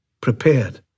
prepared